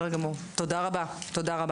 רשות השלטון המקומי תהיה פה גם בדיון